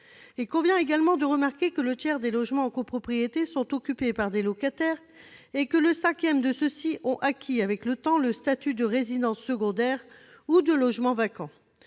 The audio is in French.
Il convient également de remarquer qu'un tiers des logements en copropriété sont occupés par des locataires et qu'un cinquième de ces logements ont acquis, avec le temps, le statut de résidence secondaire ou de logement vacant.